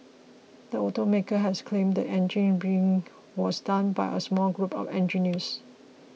the automaker has claimed the engine rigging was done by a small group of engineers